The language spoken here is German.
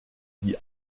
die